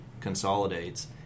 consolidates